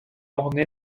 ornée